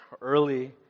early